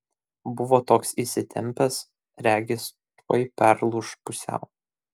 buvo toks įsitempęs regis tuoj perlūš pusiau